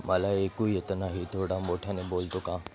मला ऐकू येत नाही थोडा मोठ्याने बोलतो का